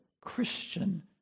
Christian